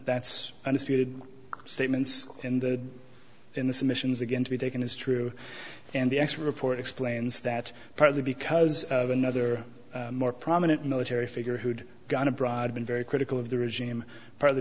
that's understated statements in the in the submissions again to be taken as true and the extra report explains that partly because of another more prominent military figure who'd gone abroad been very critical of the regime partly